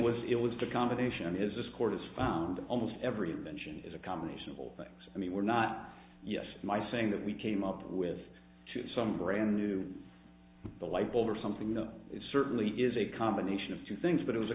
with it was the combination is this court has found almost every invention is a combination of all things i mean we're not yes my saying that we came up with some brand new the lightbulb or something you know it certainly is a combination of two things but it was a